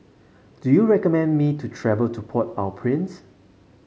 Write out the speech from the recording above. do you recommend me to travel to Port Au Prince